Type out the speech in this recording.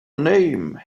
name